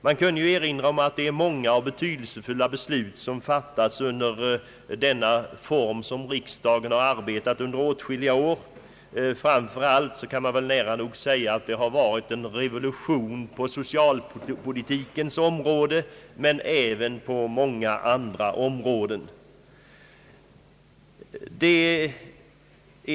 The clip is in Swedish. Man kan erinra om att det är många och betydelsefulla beslut som fattats med den arbetsform riksdagen nu haft under åtskilliga år. Framför allt har det nära nog varit en revolution på socialpolitikens område, men även inom :många andra områden.